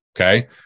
Okay